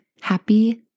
Happy